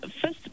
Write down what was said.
first